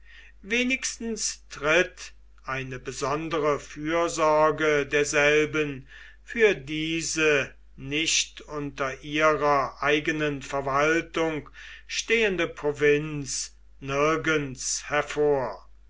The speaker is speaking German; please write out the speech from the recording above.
wenigstens tritt eine besondere fürsorge derselben für diese nicht unter ihrer eigenen verwaltung stehende provinz nirgends hervor